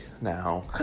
now